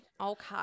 okay